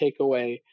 takeaway